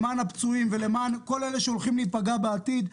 למען הפצועים ולמען כל אלה שהולכים להיפגע בעתיד.